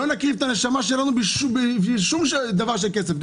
לא נקריב את הנשמה שלנו בשביל שום דבר של כסף.